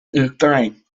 uachtaráin